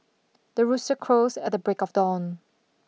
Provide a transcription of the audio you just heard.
the rooster crows at the break of dawn